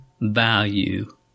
value